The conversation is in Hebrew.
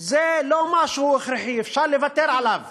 זה לא משהו הכרחי, אפשר לוותר עליו